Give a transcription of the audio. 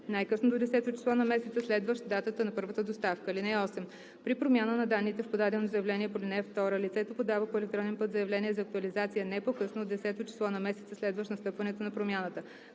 най-късно до 10-о число на месеца, следващ датата на първата доставка. (8) При промяна на данните в подадено заявление по ал. 2 лицето подава по електронен път заявление за актуализация не по-късно от 10-о число на месеца, следващ настъпването на промяната.